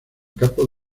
campo